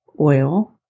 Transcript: oil